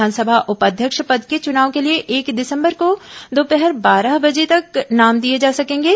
विधानसभा उपाध्यक्ष पद के चुनाव के लिए एक दिसंबर को दोपहर बारह बजे तक नाम दिए जा सकेंगे